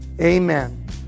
amen